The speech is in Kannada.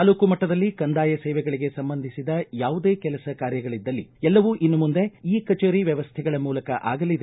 ತಾಲೂಕು ಮಟ್ಟದಲ್ಲಿ ಕಂದಾಯ ಸೇವೆಗಳಿಗೆ ಸಂಬಂಧಿಸಿದ ಯಾವುದೇ ಕೆಲಸ ಕಾರ್ಯಗಳಿದ್ದಲ್ಲಿ ಎಲ್ಲವೂ ಇನ್ನು ಮುಂದೆ ಇ ಕಚೇರಿ ವ್ಯವಸ್ಥೆಗಳ ಮೂಲಕ ಆಗಲಿದೆ